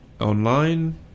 online